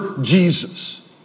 Jesus